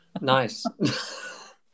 Nice